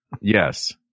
yes